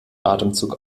atemzug